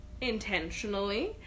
intentionally